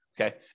Okay